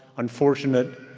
unfortunate,